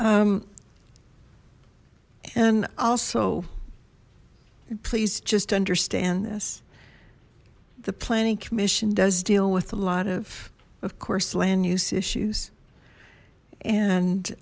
and also please just understand this the planning commission does deal with a lot of of course land use issues